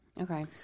okay